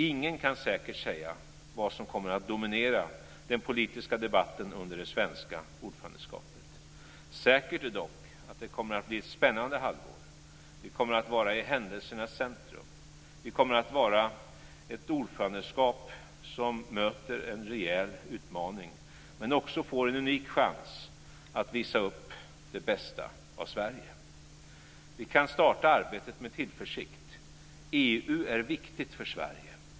Ingen kan säkert säga vad som kommer att dominera den politiska debatten under det svenska ordförandeskapet. Säkert är dock att det kommer att bli ett spännande halvår. Vi kommer att vara i händelsernas centrum. Vi kommer att vara ett ordförandeskap som möter en rejäl utmaning, men också får en unik chans att visa upp det bästa av Sverige. Vi kan starta arbetet med tillförsikt. EU är viktigt för Sverige.